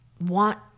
want